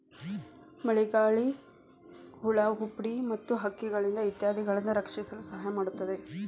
ಮಳಿಗಾಳಿ, ಹುಳಾಹುಪ್ಡಿ ಮತ್ತ ಹಕ್ಕಿಗಳಿಂದ ಇತ್ಯಾದಿಗಳಿಂದ ರಕ್ಷಿಸಲು ಸಹಾಯ ಮಾಡುತ್ತದೆ